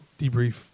debrief